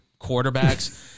quarterbacks